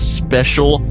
special